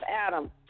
Adam